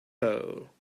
hole